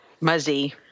Muzzy